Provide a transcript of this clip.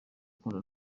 akunda